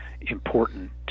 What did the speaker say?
important